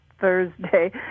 Thursday